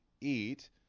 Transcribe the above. eat